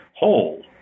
whole